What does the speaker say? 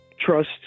trust